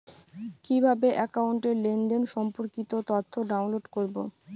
কিভাবে একাউন্টের লেনদেন সম্পর্কিত তথ্য ডাউনলোড করবো?